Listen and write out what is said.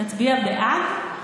תצביע בעד?